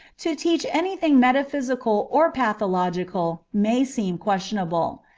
to teach any thing metaphysical or pathological may seem questionable.